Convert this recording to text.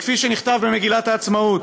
כפי שנכתב כמגילת העצמאות,